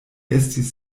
estis